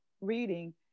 reading